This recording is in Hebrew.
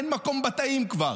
אין מקום בתאים כבר.